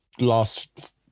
Last